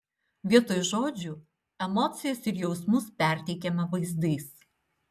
vietoj žodžių emocijas ir jausmus perteikiame vaizdais